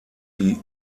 die